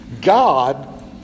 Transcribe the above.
God